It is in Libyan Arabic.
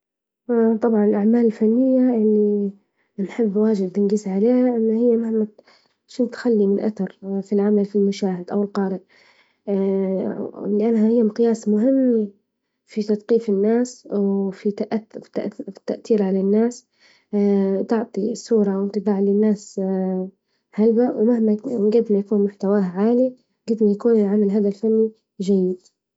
اه طبعا الأعمال الفنية اللي بنحب واجد نقيس عليها، إن هي مهمة شنو تخلي من أثر في العمل في المشاهد أو القارئ؟ لأنها هي مقياس مهم في تثقيف الناس، وفي التأثير على الناس. تعطي صورة وإنطباع للناس هيبة ومهما قد ما يكون محتواة عالي، قد ما يكون العمل هذا الفني جيد.